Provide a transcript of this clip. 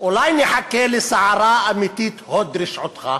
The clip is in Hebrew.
אולי נחכה לסערה אמיתית, הוד רשעותך?